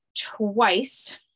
twice